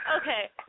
Okay